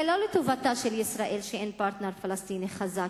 זה לא לטובתה של ישראל שאין פרטנר פלסטיני חזק,